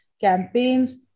campaigns